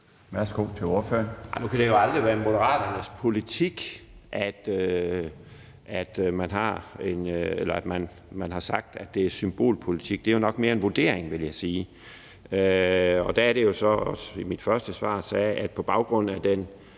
Frandsen (M): Nej, nu kan det jo aldrig være Moderaternes politik at sige, at det er symbolpolitik. Det er jo nok mere en vurdering, vil jeg sige. Og der er det jo, at jeg i mit første svar sagde, at på baggrund af den